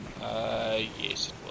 yes